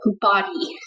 body